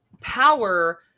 power